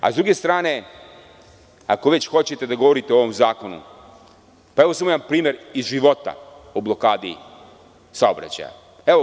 Sa druge strane, ako već hoćete da govorite o ovom zakonu, pa evo samo jedan primer iz života o blokadi saobraćaja.